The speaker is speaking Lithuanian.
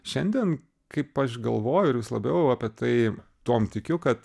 šiandien kaip aš galvoju ir vis labiau apie tai tuom tikiu kad